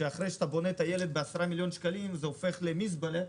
ולא שאחרי שבונים טיילת ב-10 מיליון שקלים זה הופך למזבלה,